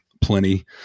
plenty